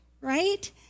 right